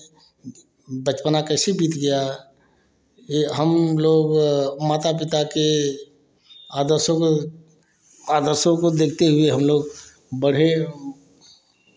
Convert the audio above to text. बचपना कैसे बीत गया यह हम लोग माता पिता के आदर्शों को आदर्शों को देखते हुए हम लोग बढ़े